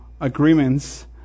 agreements